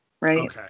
Right